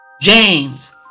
James